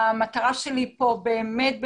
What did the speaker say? וזה צריך להיות על בסיס השנה הקודמת הד-הוק שקדמה לה,